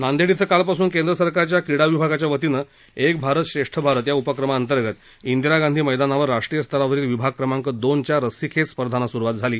नांदेड इथं कालपासून केंद्र सरकारच्या क्रीडा विभागाच्या वतीनं एक भारत श्रेष्ठ भारत या उपक्रमा अंतर्गत इंदिरा गांधी मैदानावर राष्ट्रीय स्तरावरील विभाग क्रमांक दोनच्या रस्सी खेच स्पर्धानां सुरूवात झाली